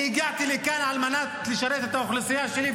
אני הגעתי לכאן על מנת לשרת את האוכלוסייה שלי,